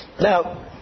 Now